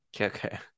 okay